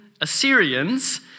Assyrians